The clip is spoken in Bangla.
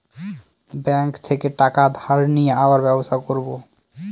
ব্যাঙ্ক থেকে টাকা ধার নিয়ে আবার ব্যবসা করবো